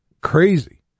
Crazy